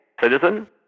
citizen